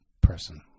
person